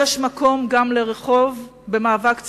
יש מקום גם לרחוב במאבק ציבורי,